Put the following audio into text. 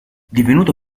divenuto